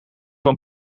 van